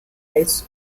rights